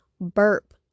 burp